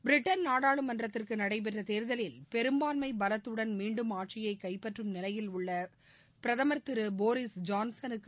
Britain நாடாளுமன்றத்துக்கு நடைபெற்ற தேர்தலில் பெரும்பான்மை பலத்தடன் மீண்டும் ஆட்சியை கைப்பற்றும் நிலையில் உள்ள பிரதம் திரு போரீஸ் ஜான்சனுக்கு